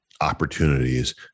opportunities